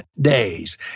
days